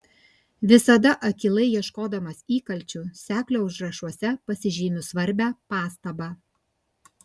visada akylai ieškodamas įkalčių seklio užrašuose pasižymiu svarbią pastabą